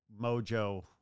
mojo